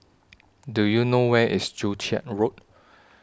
Do YOU know Where IS Joo Chiat Road